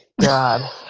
God